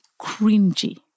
cringy